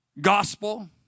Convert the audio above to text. gospel